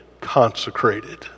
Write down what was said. consecrated